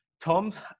tom's